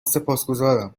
سپاسگزارم